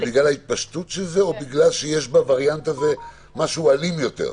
אבל זה בגלל ההתפשטות של זה או בגלל שיש בווריאנט הזה משהו אלים יותר?